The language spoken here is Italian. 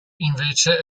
invece